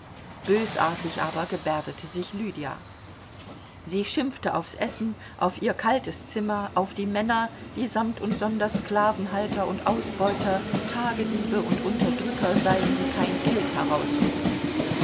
bösartig aber gebärdete sich lydia sie schimpfte aufs essen auf ihr kaltes zimmer auf die männer die samt und sonders sklavenhalter und ausbeuter tagediebe und unterdrücker seien die kein geld herausrückten